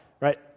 right